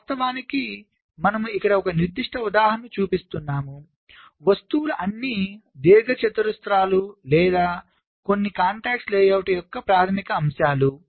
వాస్తవానికి మనము ఇక్కడ ఒక నిర్దిష్ట ఉదాహరణను చూపిస్తున్నాము వస్తువులు అన్నీ దీర్ఘచతురస్రాలు లేదా కొన్ని పరిచయాలు లేఅవుట్ యొక్క ప్రాథమిక అంశాలు